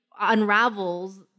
unravels